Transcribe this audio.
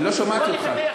אני לא שמעתי אותך.